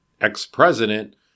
ex-president